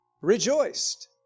rejoiced